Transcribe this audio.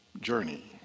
journey